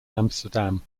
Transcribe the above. amsterdam